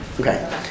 Okay